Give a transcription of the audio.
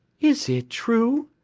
is it true?